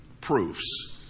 proofs